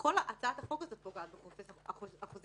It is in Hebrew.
כל הצעת החוק הזאת פוגעת בחופש החוזים,